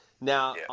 Now